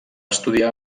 estudiar